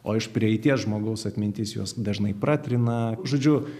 o iš prieities žmogaus atmintis juos dažnai pratrina žodžiu